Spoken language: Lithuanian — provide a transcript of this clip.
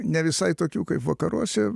ne visai tokių kaip vakaruose